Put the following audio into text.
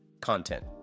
content